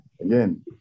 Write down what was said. again